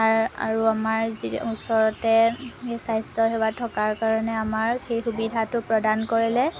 আৰু আমাৰ যি ওচৰতে স্বাস্থ্যসেৱা থকাৰ কাৰণে আমাৰ সেই সুবিধাটো প্ৰদান কৰিলে